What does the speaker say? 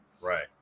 Right